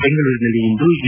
ಬೆಂಗಳೂರಿನಲ್ಲಿ ಇಂದು ಯು